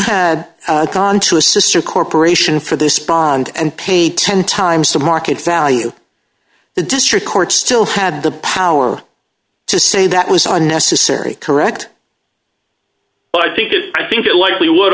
had gone to a sister corporation for this bond and paid ten times the market value the district court still had the power to say that was unnecessary correct well i think it's i think it likely would